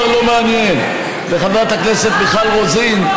חברת הכנסת מיכל רוזין.